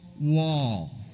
wall